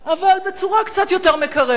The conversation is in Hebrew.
אבל בצורה קצת יותר מקרבת.